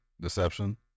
deception